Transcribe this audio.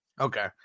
Okay